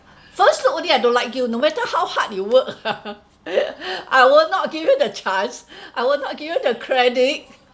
first look only I don't like you no matter how hard you work I would not give it a chance I would not give you the credit